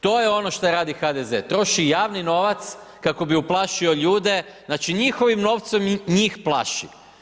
To je ono što radi HDZ, troši javni novac kako bi uplašio ljude, znači njihovim novcem njih plaši.